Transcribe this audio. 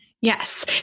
Yes